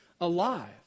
alive